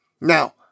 Now